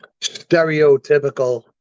stereotypical